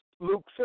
Luke